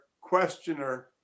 questioner